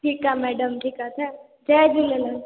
ठीकु आहे मैडम ठीकु आहे हा जय झूलेलाल